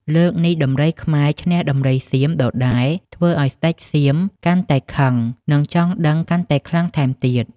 លើកនេះដំរីខ្មែរឈ្នះដំរីសៀមដដែល ធ្វើឲ្យស្ដេចសៀមកាន់តែខឹងនិងចង់ដឹងកាន់ខ្លាំងថែមទៀត។